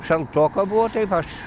šaltoka buvo taip aš